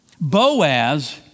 Boaz